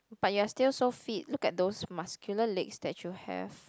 but you're still so fit look at those muscular legs that you have